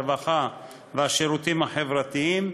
הרווחה והשירותים החברתיים,